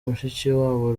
mushikiwabo